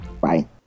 Bye